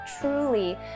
truly